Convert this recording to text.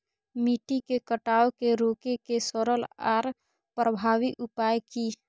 मिट्टी के कटाव के रोके के सरल आर प्रभावी उपाय की?